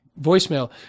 Voicemail